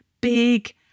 big